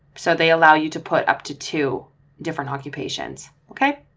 so they allow you to put up to two different occupations. okay.